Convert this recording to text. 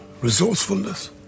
resourcefulness